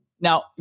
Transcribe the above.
Now